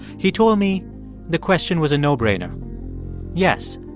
he told me the question was a no-brainer yes,